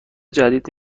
جدید